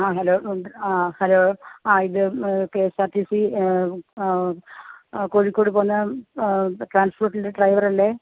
ആ ഹലോ ആ ഹലോ ആ ഇത് K S R T C Kozhikode പോകുന്ന ട്രാൻസ് പോർട്ടിൻ്റെ ഡ്രൈവറല്ലേ